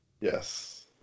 Yes